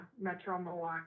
Metro-Milwaukee